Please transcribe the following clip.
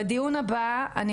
בדיון הבא, אני